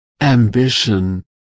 ambition